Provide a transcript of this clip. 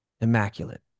immaculate